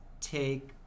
take